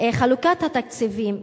חלוקת התקציבים.